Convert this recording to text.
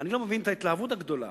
אני לא מבין את ההתלהבות הגדולה.